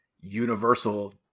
Universal